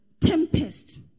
Tempest